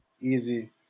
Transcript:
easy